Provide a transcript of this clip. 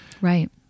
Right